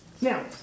Now